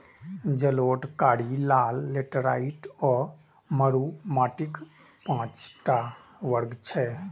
जलोढ़, कारी, लाल, लेटेराइट आ मरु माटिक पांच टा वर्ग छियै